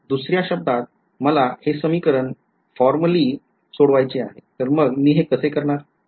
दुसऱ्या शब्दात मला हे समीकरण फॉर्मली सोडवायचे आहे तर मग मी कसे करणार